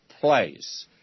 place